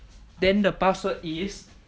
then the password is